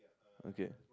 okay